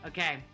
Okay